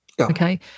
Okay